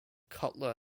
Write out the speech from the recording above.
cutler